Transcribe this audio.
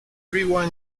rewind